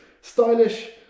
stylish